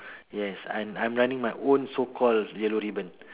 yes and I'm I'm running my own so called yellow ribbon